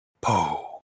po